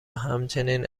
همچنین